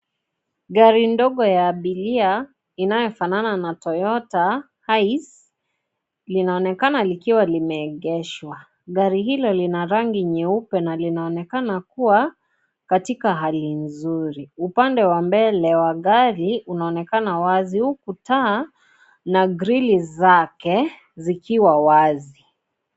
Gari ndogo la abiria inayofanana na Toyota linaonekana likiwa limeegeshwa. Gari hilo lina rangi nyeupe na linaonekana kuwa katika hali nzuri. Upande wa mbele wa gari, kunaonekana wazi huku taa na grili zake zikiwa wazi.